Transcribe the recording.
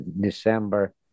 December